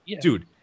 dude